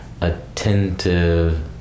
attentive